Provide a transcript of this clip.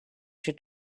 she